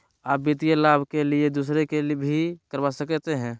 आ वित्तीय लाभ के लिए दूसरे के लिए भी करवा सकते हैं?